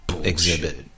exhibit